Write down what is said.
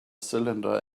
cylinder